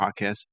Podcast